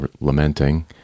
lamenting